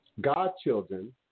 Godchildren